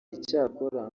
icyakora